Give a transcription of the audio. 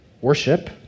worship